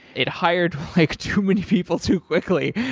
it hired like too many people too quickly